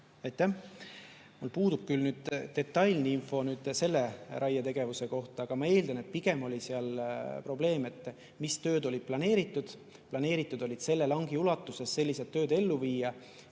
Aitäh! Mul puudub küll detailne info selle raietegevuse kohta, aga ma eeldan, et pigem oli seal probleem selles, mis tööd olid planeeritud. Planeeritud oli selle langi ulatuses sellised tööd ellu viia